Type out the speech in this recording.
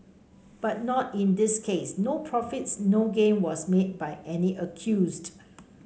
but not in this case no profits no gain was made by any accused